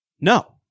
No